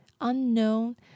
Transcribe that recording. unknown